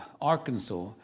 arkansas